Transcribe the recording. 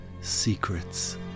secrets